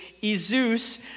Jesus